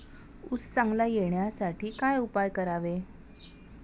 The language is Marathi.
ऊस चांगला येण्यासाठी काय उपाय करावे?